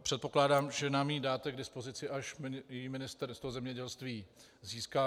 Předpokládám, že nám ji dáte k dispozici, až ji Ministerstvo zemědělství získá.